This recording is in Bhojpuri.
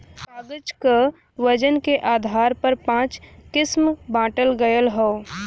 कागज क वजन के आधार पर पाँच किसम बांटल गयल हौ